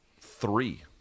three